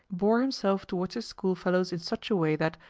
bore himself towards his school-fellows in such a way that,